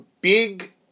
big